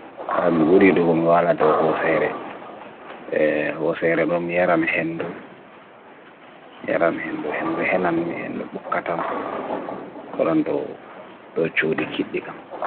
Ka mwuriru mwala do ho sehre, ho sehre do mieram hendu, mieram hendu hendu hennan, mieram bo katam, polanda do chudi kit di gam.